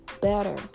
better